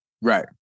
Right